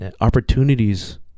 opportunities